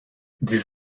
dix